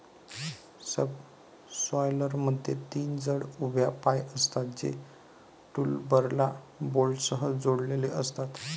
सबसॉयलरमध्ये तीन जड उभ्या पाय असतात, जे टूलबारला बोल्टसह जोडलेले असतात